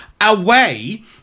away